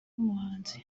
muhanzi